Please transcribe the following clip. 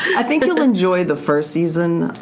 i think you'll enjoy the first season.